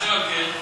אשר על כן?